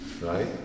right